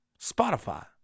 Spotify